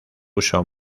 uso